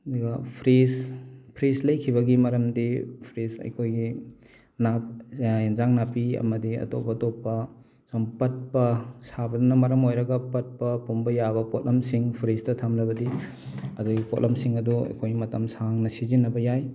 ꯑꯗꯨꯒ fridge fridge ꯂꯩꯈꯤꯕꯒꯤ ꯃꯔꯝꯗꯤ ꯐ꯭ꯔꯤꯖ ꯑꯩꯈꯣꯏꯒꯤ ꯏꯟꯖꯥꯡ ꯅꯥꯄꯤ ꯑꯃꯗꯤ ꯑꯇꯣꯞ ꯑꯇꯣꯞꯄ ꯁꯨꯝ ꯄꯠꯄ ꯁꯥꯕꯅ ꯃꯔꯝ ꯑꯣꯏꯔꯒ ꯄꯠꯄ ꯄꯨꯝꯕ ꯌꯥꯕ ꯄꯣꯠꯂꯝꯁꯤꯡ ꯐ꯭ꯔꯤꯖꯇ ꯊꯝꯂꯕꯗꯤ ꯑꯗꯒꯤ ꯄꯣꯠꯂꯝꯁꯤꯡ ꯑꯗꯨ ꯑꯩꯈꯣꯏ ꯃꯇꯝ ꯁꯥꯡꯅ ꯁꯤꯖꯤꯟꯅꯕ ꯌꯥꯏ